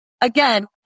again